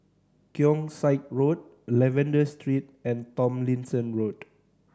Keong Saik Road Lavender Street and Tomlinson Road